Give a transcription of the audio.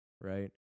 right